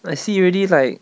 I see already like